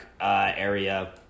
area